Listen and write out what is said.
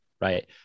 right